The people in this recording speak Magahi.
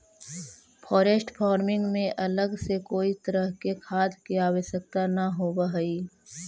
फॉरेस्ट फार्मिंग में अलग से कोई तरह के खाद के आवश्यकता न होवऽ हइ